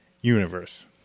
universe